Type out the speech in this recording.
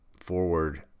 forward